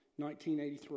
1983